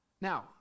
Now